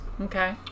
Okay